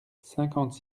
cinquante